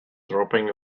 dropping